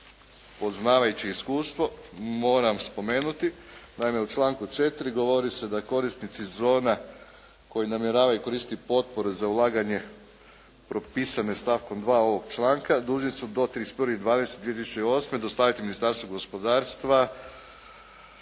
poznavajući iskustvo moram spomenuti. Naime, u članku 4. govori se da korisnici zona koji namjeravaju koristiti potpore za ulaganje propisane stavkom 2. ovog članka dužni su do 31.12.2008. dostaviti Ministarstvu gospodarstva